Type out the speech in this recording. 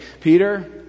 Peter